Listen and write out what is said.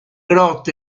grotta